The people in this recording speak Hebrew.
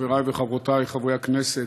חבריי וחברותיי חברי הכנסת,